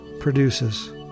produces